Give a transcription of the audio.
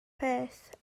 peth